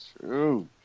true